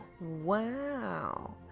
Wow